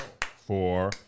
four